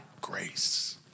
grace